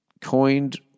Coined